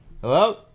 Hello